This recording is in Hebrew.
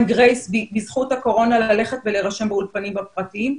גרייס בזכות הקורונה ללכת ולהירשם באולפנים הפרטיים.